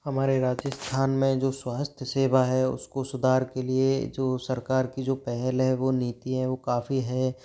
हमारे राजिस्थान में जो स्वास्थ्य सेवा है उस को सुधार के लिए जो सरकार की जो पहल है वो नीति है वो काफ़ी है